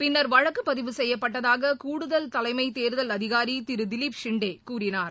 பின்னா் வழக்கு பதிவு செய்யப்பட்டதாக கூடுதல் தலைமை தேர்தல் அதிகாரி திரு திலிப் ஷிண்டே கூறினார்